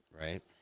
Right